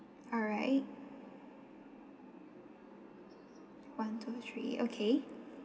all right one two three okay